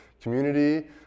community